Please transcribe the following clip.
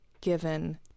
given